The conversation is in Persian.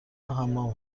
حمام